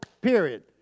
period